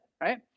right